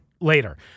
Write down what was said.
later